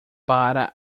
para